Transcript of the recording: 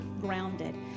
grounded